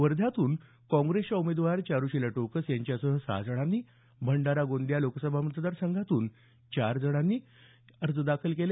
वर्ध्यातून काँग्रेसच्या उमेदवार चारूशिला टोकस यांच्यासह सहा जणांनी भंडारा गोंदिया लोकसभा मतदार संघात चार जणांनी अर्ज दाखल केले